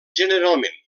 generalment